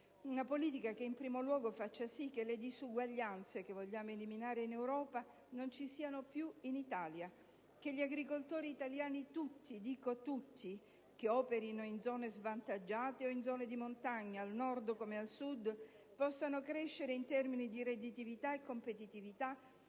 una politica che in primo luogo faccia sì che le disuguaglianze che vogliamo eliminare in Europa non ci siano più in Italia; che gli agricoltori italiani tutti, sia che operino in zone svantaggiate o in zone di montagna, al Nord come al Sud, possano crescere in termini di redditività e competitività